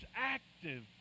active